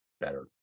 better